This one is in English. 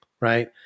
right